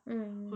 mm